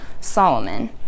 Solomon